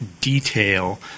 detail